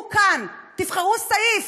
הוא כאן, תבחרו סעיף.